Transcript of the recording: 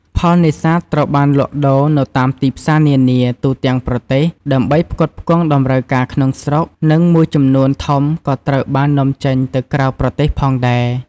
ផលនេសាទត្រូវបានលក់ដូរនៅតាមទីផ្សារនានា ទូទាំងប្រទេស ដើម្បីផ្គត់ផ្គង់តម្រូវការក្នុងស្រុក និងមួយចំនួនធំក៏ត្រូវបាននាំចេញទៅក្រៅប្រទេសផងដែរ។